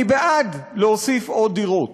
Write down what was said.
אני בעד להוסיף עוד דירות,